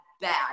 bad